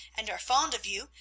and are fond of you,